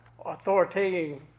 authoritarian